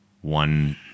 one